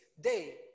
day